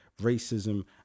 racism